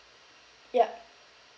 yup